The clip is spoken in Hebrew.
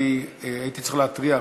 אני הייתי צריך להתריע,